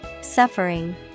Suffering